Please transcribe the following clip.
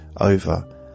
over